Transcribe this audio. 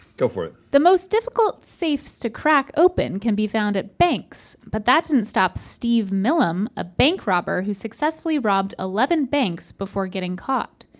go for it. the most difficult safes to crack open can be found at banks, but that didn't stop steve millam, a bank robber who successfully robbed eleven banks before getting caught.